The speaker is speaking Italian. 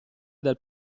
del